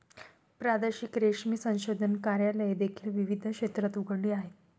प्रादेशिक रेशीम संशोधन कार्यालये देखील विविध क्षेत्रात उघडली आहेत